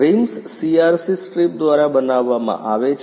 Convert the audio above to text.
Reims CRC strip દ્વારા બનાવવામાં આવે છે